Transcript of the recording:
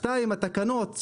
דבר שני, בתקנות,